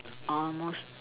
almost